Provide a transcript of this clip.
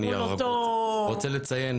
אני רוצה לציין,